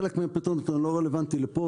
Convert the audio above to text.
חלק מהפתרונות לא רלוונטיים לפה,